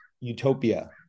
Utopia